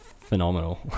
phenomenal